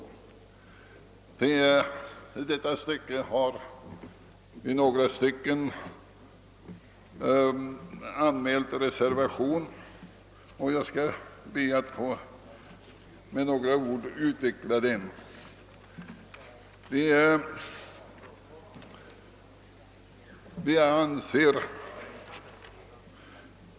Därför har vi några stycken avgivit en reservation, och jag skall be att med några ord få utveckla anledningen till det.